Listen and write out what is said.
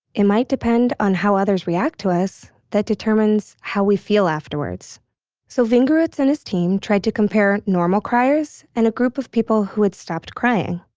it might depend on how others react to us that determines how we feel afterwards so vinger-oots and his team tried to compare normal criers and a group of people who had stopped crying.